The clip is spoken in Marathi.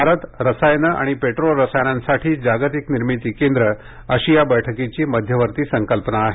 भारतः रसायने आणि पेट्रोरसायनांसाठी जागतिक निर्मिती केंद्र अशी या बैठकीची मध्यवर्ती संकल्पना आहे